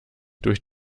durch